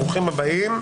ברוכים הבאים.